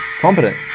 competent